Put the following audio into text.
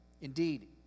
Indeed